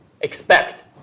expect